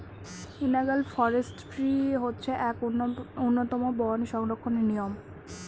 analogue forestry হচ্ছে এক উন্নতম বন সংরক্ষণের নিয়ম